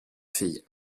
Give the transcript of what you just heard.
filles